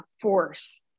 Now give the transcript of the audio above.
force